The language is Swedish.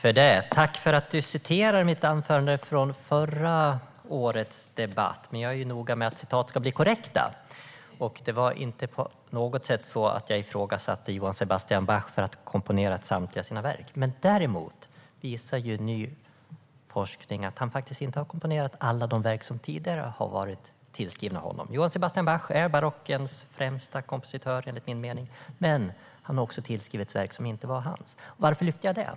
Herr talman! Jag tackar för att Roland Utbult citerar från mitt anförande i förra årets debatt. Men jag är noga med att citat ska bli korrekta. Och jag ifrågasatte inte på något sätt att Johann Sebastian Bach hade komponerat samtliga sina verk. Däremot visar ny forskning att han faktiskt inte har komponerat alla de verk som tidigare har varit tillskrivna honom. Johann Sebastian Bach är barockens främsta kompositör, enligt min mening. Men han har också tillskrivits verk som inte var hans. Varför lyfte jag fram det?